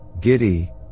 giddy